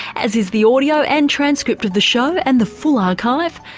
as is the audio and transcript of the show and the full archive.